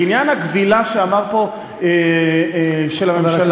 לעניין הכבילה שאמר פה, של הממשלה.